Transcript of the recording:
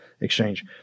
Exchange